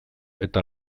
eta